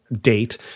date